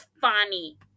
funny